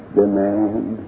demand